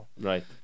Right